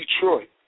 Detroit